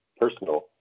personal